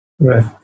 Right